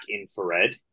infrared